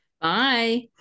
Bye